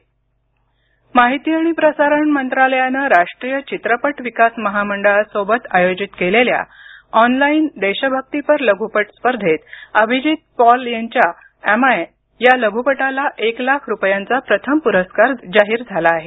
लघपट स्पर्धा माहिती आणि प्रसारण मंत्रालयानं राष्ट्रीय चित्रपट विकास महामंडळासोबत आयोजित केलेल्या ऑनलाईन देशभक्तीपर लघुपट स्पर्धेत अभिजित पॉल यांच्या ऍम आय या लघुपटाला एक लाख रुपयांचा प्रथम पुरस्कार जाहीर झाला आहे